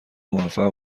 موفق